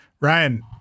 ryan